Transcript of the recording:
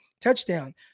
TOUCHDOWN